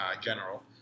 general